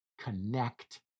connect